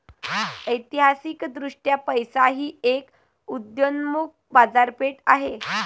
ऐतिहासिकदृष्ट्या पैसा ही एक उदयोन्मुख बाजारपेठ आहे